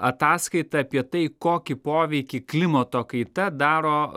ataskaita apie tai kokį poveikį klimato kaita daro